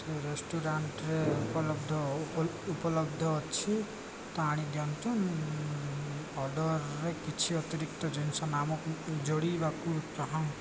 ସେ ରେଷ୍ଟୁରାଣ୍ଟରେ ଉପଲବ୍ଧ ଉପଲବ୍ଧ ଅଛି ତ ଆଣିଦିଅନ୍ତୁ ମୁଁ ଅର୍ଡ଼ରରେ କିଛି ଅତିରିକ୍ତ ଜିନିଷ ନାମକୁ ଯୋଡ଼ିବାକୁ ଚାଁ